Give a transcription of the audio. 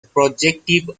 projective